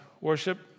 worship